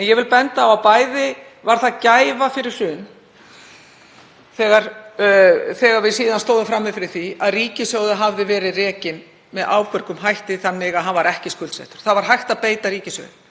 Ég vil benda á að það var okkar gæfa fyrir hrun að við stóðum frammi fyrir því að ríkissjóður hafði verið rekinn með ábyrgum hætti þannig að hann var ekki skuldsettur, það var hægt að beita ríkissjóði.